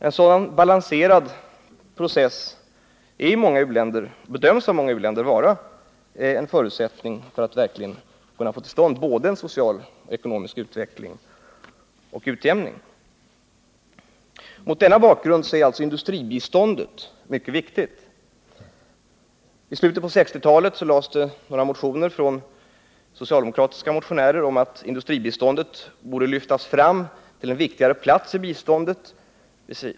En sådan balanserad process bedöms av många u-länder vara en förutsättning för att man verkligen skall kunna få till stånd både en social-ekonomisk utveckling och en utjämning. Mot denna bakgrund är alltså industribistånd mycket viktigt. I slutet av 1960-talet väcktes några motioner från socialdemokratisk sida om att industribiståndet borde lyftas fram till en viktigare plats när det gällde bistånd.